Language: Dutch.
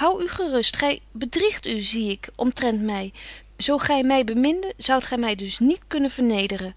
hou u gerust gy bedriegt u zie ik omtrent my zo gy my beminde zoudt gy my dus niet kunnen vernederen